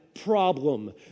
problem